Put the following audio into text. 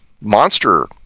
monster